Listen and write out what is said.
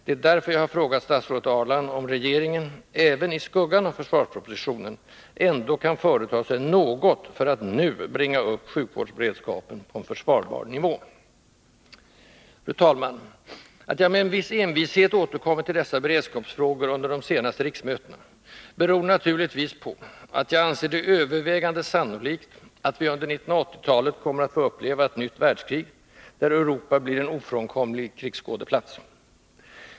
Det är därför jag har frågat statsrådet Ahrland om regeringen, även i skuggan av försvarspropositionen, ändå kan företa sig något, för att nu bringa upp sjukvårdsberedskapen på en försvarbar nivå. Fru talman! Att jag med en viss envishet återkommit till dessa beredskapsfrågor under de senaste riksmötena beror naturligtvis på att jag anser det övervägande sannolikt att vi under 1980-talet kommer att få uppleva ett nytt världskrig, där Europa blir en ofrånkomlig krigsskådeplats.